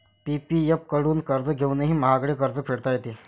PPF कडून कर्ज घेऊनही महागडे कर्ज फेडता येते